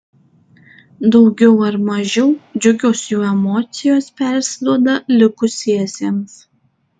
daugiau ar mažiau džiugios jų emocijos persiduoda likusiesiems